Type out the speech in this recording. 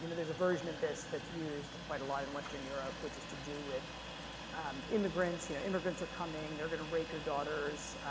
and there's a version of this that's used quite a lot in western europe which has to do with immigrants, you know, immigrants are coming. they're going to rape your daughters.